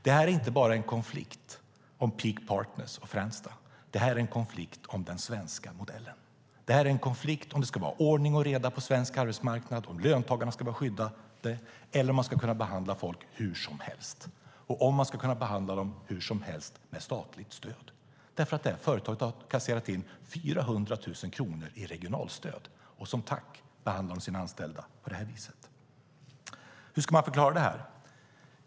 Det här är inte bara en konflikt om Peak Partners och Fränsta. Det här är en konflikt om den svenska modellen. Det här är en konflikt om det ska vara ordning och reda på svensk arbetsmarknad, om löntagarna ska vara skyddade eller om man ska kunna behandla folk hur som helst, och om man ska kunna behandla dem hur som helst med statligt stöd. Detta företag har kasserat in 400 000 kronor i regionalstöd, och som tack behandlar de sina anställda på det här viset. Hur ska man förklara det här?